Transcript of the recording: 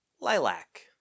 Lilac